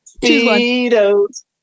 Speedos